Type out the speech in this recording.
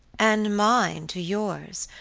and mine to yours,